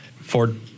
Ford